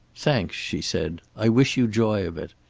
thanks, she said. i wish you joy of it.